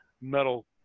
metal